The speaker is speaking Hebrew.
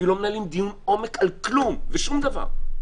אפילו לא מנהלים דיון עומק על כלום ושום דבר.